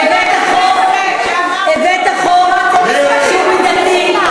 הבאת חוק שהוא מידתי,